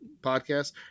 podcast